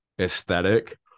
aesthetic